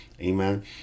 Amen